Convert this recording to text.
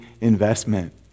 investment